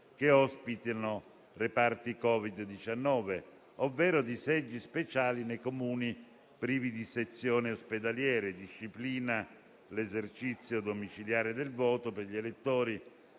che ospitano reparti Covid-19, ovvero di seggi speciali nei Comuni privi di sezioni ospedaliere. Si disciplina inoltre l'esercizio domiciliare del voto per gli elettori